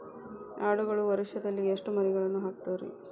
ಆಡುಗಳು ವರುಷದಲ್ಲಿ ಎಷ್ಟು ಮರಿಗಳನ್ನು ಹಾಕ್ತಾವ ರೇ?